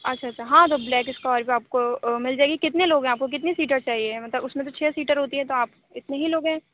اچھا اچھا ہاں تو بلیک اسکارپیو آپ کو مل جائے گی کتنے لوگ ہیں آپ كو كتنی سیٹر چاہیے مطلب اُس میں تو چھ سیٹر ہوتی ہیں تو آپ اتنے ہی لوگ ہیں